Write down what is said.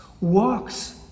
walks